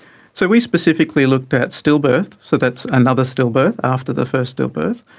so we specifically looked at stillbirth, so that's another stillbirth after the first stillbirth,